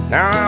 Now